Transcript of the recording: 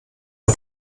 ein